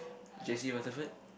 Jesse Rutherford